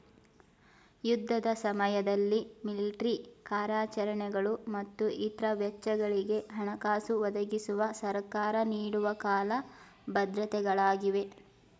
ಯುದ್ಧದ ಸಮಯದಲ್ಲಿ ಮಿಲಿಟ್ರಿ ಕಾರ್ಯಾಚರಣೆಗಳು ಮತ್ತು ಇತ್ರ ವೆಚ್ಚಗಳಿಗೆ ಹಣಕಾಸು ಒದಗಿಸುವ ಸರ್ಕಾರ ನೀಡುವ ಕಾಲ ಭದ್ರತೆ ಗಳಾಗಿವೆ